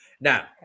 Now